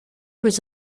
was